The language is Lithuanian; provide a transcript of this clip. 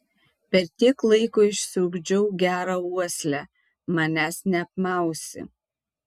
per tiek laiko išsiugdžiau gerą uoslę manęs neapmausi